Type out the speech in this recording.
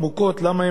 אותם אנשים,